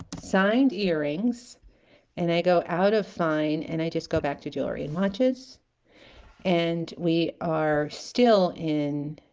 signed earrings and i go out of fine and i just go back to jewelry and watches and we are still in